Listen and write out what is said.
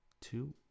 two